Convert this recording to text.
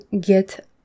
get